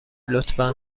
لطفا